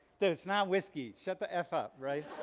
dude, it's not whiskey shut the f up. right?